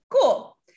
cool